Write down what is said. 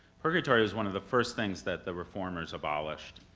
purgatory is one of the first things that the reformers abolished.